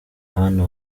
abana